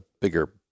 bigger